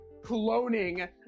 cloning